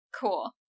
Cool